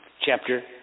chapter